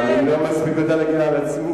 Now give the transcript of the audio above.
מה, אני לא מספיק יודע להגן על עצמי?